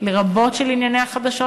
לרבות של ענייני החדשות,